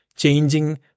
changing